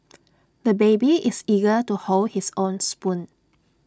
the baby is eager to hold his own spoon